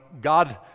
God